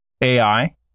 AI